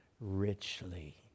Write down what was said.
richly